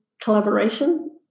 collaboration